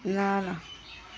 ल ल